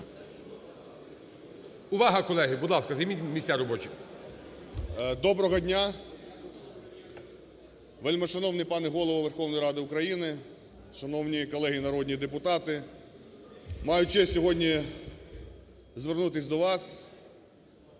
Увага, колеги! Будь ласка, займіть місця робочі. 10:08:00 ГРОЙСМАН В.Б. Доброго дня! Вельмишановний пане Голово Верховної Ради України! Шановні колеги народні депутати! Маю честь сьогодні звернутись до вас